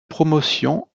promotion